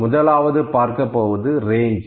முதலாவதாக பார்க்கப்போவது ரேஞ்ச்